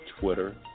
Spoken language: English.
Twitter